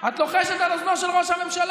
את לוחשת על אוזנו של ראש הממשלה.